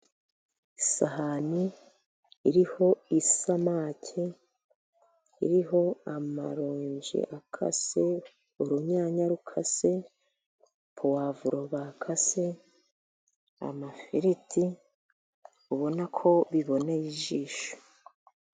Isahani iriho isamake, iriho amaronji akase, urunyanya rukase, puwavuro bakase, n'amafiriti ubona ko biboneye ijisho.